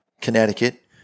Connecticut